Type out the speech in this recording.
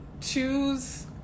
choose